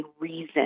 reason